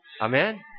Amen